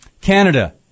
Canada